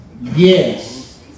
Yes